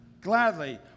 gladly